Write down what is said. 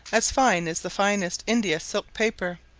as fine as the finest india silk paper,